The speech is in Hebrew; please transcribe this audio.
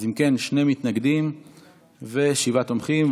אם כן, שני מתנגדים ושבעה תומכים.